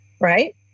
Right